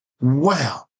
wow